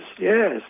yes